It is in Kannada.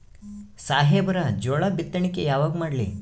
ಸಾಹೇಬರ ಜೋಳ ಬಿತ್ತಣಿಕಿ ಯಾವಾಗ ಮಾಡ್ಲಿ?